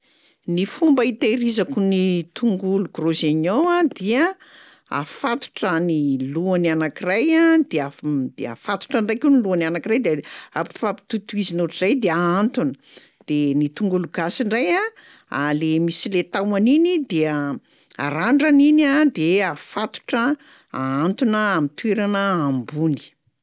Ny fomba hitahirizako ny tongolo gros oignon dia afatotra ny lohany anankiray de af- m- de afatotora indray koa ny lohany anakiray de h- ampifampitohitohizina ohatr'izay de ahantona, de ny tongolo gasy indray a a- le misy le tahony iny dia arandrana iny a de afatotra ahantona amin'ny toerana ambony.